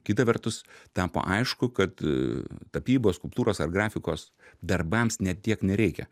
kita vertus tapo aišku kad tapybos skulptūros ar grafikos darbams net tiek nereikia